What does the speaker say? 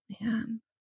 Man